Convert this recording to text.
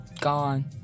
Gone